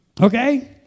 okay